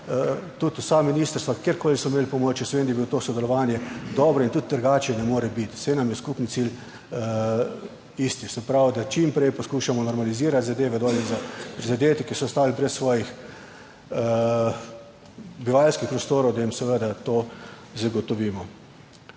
tudi vsa ministrstva, kjerkoli so imeli pomoč, jaz vem, da je bilo to sodelovanje dobro in tudi trgači ne more biti, saj nam je skupni cilj isti. Se pravi, da čim prej poskušamo normalizirati zadeve dol in za prizadete, ki so ostali brez svojih bivanjskih prostorov, da jim seveda to zagotovimo.